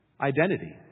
identity